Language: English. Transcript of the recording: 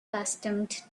accustomed